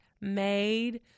made